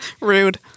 rude